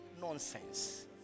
Nonsense